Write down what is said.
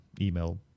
email